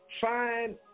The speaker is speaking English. find